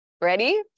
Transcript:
ready